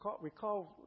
recall